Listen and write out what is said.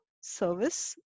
service